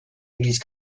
église